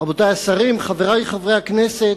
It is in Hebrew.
רבותי השרים, חברי חברי הכנסת,